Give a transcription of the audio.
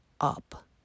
up